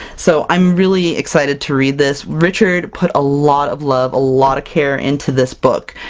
so i'm really excited to read this! richard put a lot of love, a lot of care into this book,